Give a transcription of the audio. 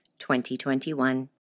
2021